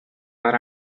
are